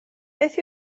beth